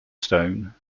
stone